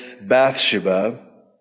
Bathsheba